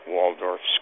Waldorf